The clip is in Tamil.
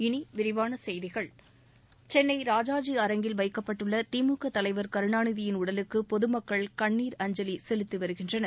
இனி விரிவான செய்திகள் சென்னை ராஜாஜி அரங்கில் வைக்கப்பட்டுள்ள திமுக தலைவர் கருணாநிதியின் உடலுக்கு பொதுமக்கள் கண்ணீர் அஞ்சலி செலுத்தி வருகின்றனர்